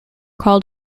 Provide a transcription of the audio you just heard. called